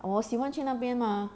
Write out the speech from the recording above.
我喜欢去那边吗